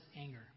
anger